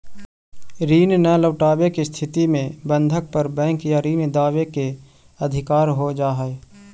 ऋण न लौटवे के स्थिति में बंधक पर बैंक या ऋण दावे के अधिकार हो जा हई